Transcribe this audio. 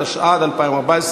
התשע"ד 2014,